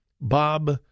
Bob